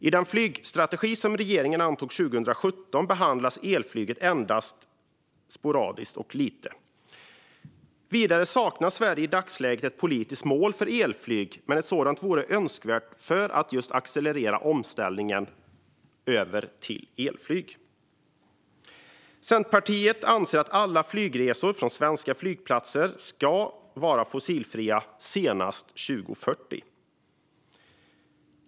I den flygstrategi som regeringen antog 2017 behandlas elflyg endast summariskt. Vidare saknar Sverige i dagsläget ett politiskt mål för elflyg. Ett sådant vore önskvärt för att accelerera omställningen till elflyg. Centerpartiet anser att alla flygresor från svenska flygplatser ska vara fossilfria senast 2040.